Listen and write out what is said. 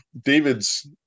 David's